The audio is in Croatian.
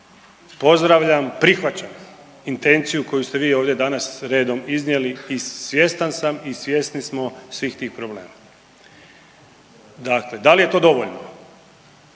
pozdravljam, prihvaćam intenciju koju ste vi ovdje danas redom iznijeli i svjestan sam i svjesni smo svih tih problema. Dakle, da li je to dovoljno?